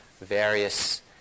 various